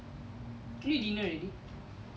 did you eat dinner already